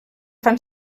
fan